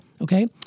Okay